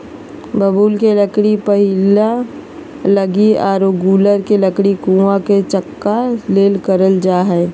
बबूल के लकड़ी पहिया लगी आरो गूलर के लकड़ी कुआ के चकका ले करल जा हइ